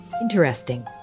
Interesting